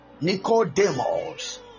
Nicodemus